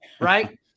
right